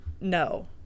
No